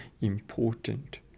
important